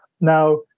Now